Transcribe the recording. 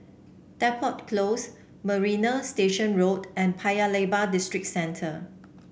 Depot Close Marina Station Road and Paya Lebar Districentre